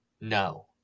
No